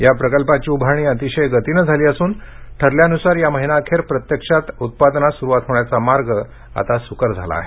या प्रकल्पाची उभारणी अतिशय गतीने झालेली असून ठरल्यानुसार या महिनाअखेर प्रत्यक्षात उत्पादनास सुरुवात होण्याचा मार्ग आता सुकर झाला आहे